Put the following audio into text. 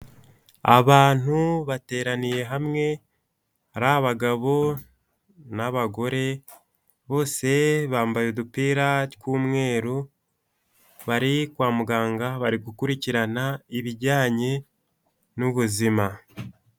Abantu bateraniye hamwe hari abagabo n'abagore bose bambaye udupira tw'umweru bari kwa muganga bari gukurikirana ibijyanye n'ubuzima.